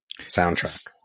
soundtrack